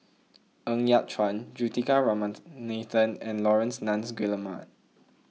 Ng Yat Chuan Juthika Ramanathan and Laurence Nunns Guillemard